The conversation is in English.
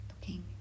looking